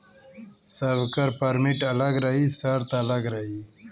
सबकर परमिट अलग रही सर्त अलग रही